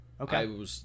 Okay